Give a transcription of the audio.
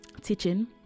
teaching